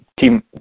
team